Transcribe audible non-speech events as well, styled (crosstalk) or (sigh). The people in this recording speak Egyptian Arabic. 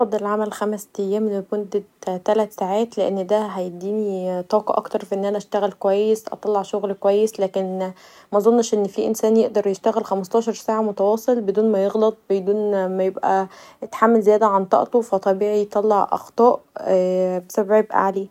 افضل العمل خمس تيام لمده تلت ساعات لان دا هيديني طاقه اكتر فان أنا اشتغل كويس ، اطلع شغل كويس. مظنش ان في انسان يقدر يشتغل خمستاشر ساعه متواصل بدون ما يغلط بدون ما يبقي أتحمل زياده عن طاقته فطبيعي يطلع اخطاء (hesitation) بسبب عبئ عليه.